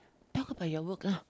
talk about your work lah